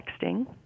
texting